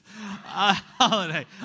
holiday